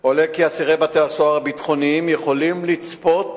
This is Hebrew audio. עולה כי אסירי בתי-הסוהר הביטחוניים יכולים לצפות